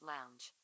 Lounge